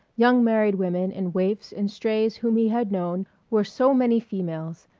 young married women and waifs and strays whom he had known were so many females,